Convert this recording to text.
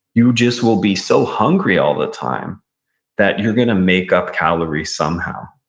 you just will be so hungry all the time that you're going to make up calories somehow.